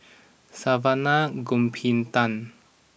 Saravanan Gopinathan